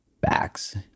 backs